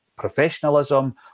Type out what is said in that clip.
professionalism